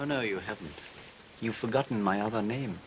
oh no you haven't you forgotten my other name